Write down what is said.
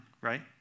right